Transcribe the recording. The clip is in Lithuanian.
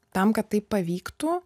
tam kad tai pavyktų